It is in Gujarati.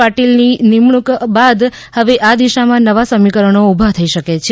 પાટિલની નિમણૂક બાદ હવે આ દિશામાં નવા સમીકરણો ઊભા થઈ શકે છે